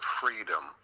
freedom